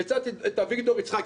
והצעתי את אביגדור יצחקי.